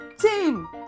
Team